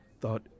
thought